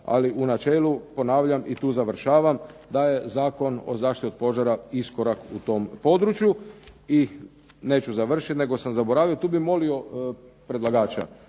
ali u načelu ponavljam i tu završavam, da je Zakon o zaštiti od požara iskorak u tom području. I neću završiti, nego sam zaboravio, tu bih molio predlagača,